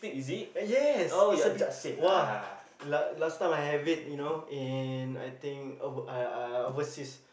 yes is a be !wah! last last time I have it you know in I I think uh uh uh overseas